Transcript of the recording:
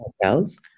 Hotels